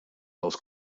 aus